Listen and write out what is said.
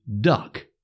duck